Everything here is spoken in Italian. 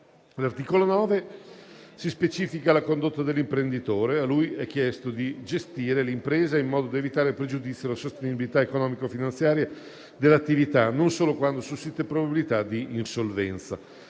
All'articolo 9 si specifica la condotta dell'imprenditore. A lui è chiesto di gestire l'impresa in modo da evitare pregiudizio alla sostenibilità economico-finanziaria dell'attività, non solo quando sussiste probabilità di insolvenza.